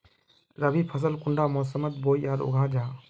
रवि फसल कुंडा मोसमोत बोई या उगाहा जाहा?